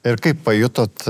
ir kaip pajutot